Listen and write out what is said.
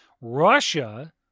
Russia